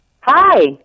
Hi